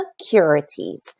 securities